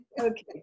Okay